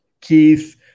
Keith